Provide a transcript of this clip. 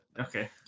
okay